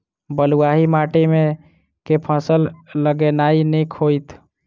बलुआही माटि मे केँ फसल लगेनाइ नीक होइत?